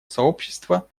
сообщества